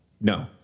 No